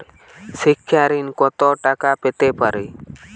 শিক্ষা ঋণ কত টাকা পেতে পারি?